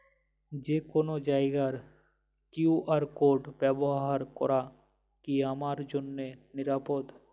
যে কোনো জায়গার কিউ.আর কোড ব্যবহার করা কি আমার জন্য নিরাপদ?